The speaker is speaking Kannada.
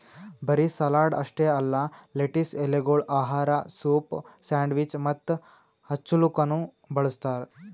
ಬರೀ ಸಲಾಡ್ ಅಷ್ಟೆ ಅಲ್ಲಾ ಲೆಟಿಸ್ ಎಲೆಗೊಳ್ ಆಹಾರ, ಸೂಪ್, ಸ್ಯಾಂಡ್ವಿಚ್ ಮತ್ತ ಹಚ್ಚಲುಕನು ಬಳ್ಸತಾರ್